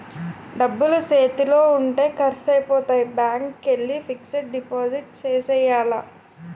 డబ్బులు సేతిలో ఉంటే ఖర్సైపోతాయి బ్యాంకికెల్లి ఫిక్సడు డిపాజిట్ సేసియ్యాల